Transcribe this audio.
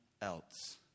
else